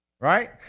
Right